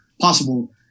possible